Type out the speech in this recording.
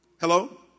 Hello